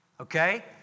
Okay